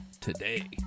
today